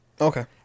Okay